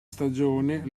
stagione